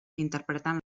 interpretant